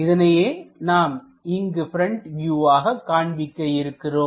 இதனையே நாம் இங்கு பிரண்ட் வியூவாக காண்பிக்க இருக்கிறோம்